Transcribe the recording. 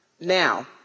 Now